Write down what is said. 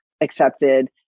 accepted